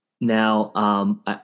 Now